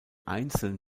einzeln